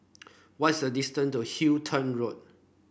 what is the distance to Halton Road